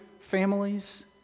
families